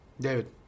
David